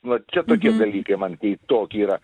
va čia tokie dalykai man keistoki yra